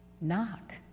Knock